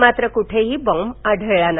मात्र कोठेही बॉम्ब आढळला नाही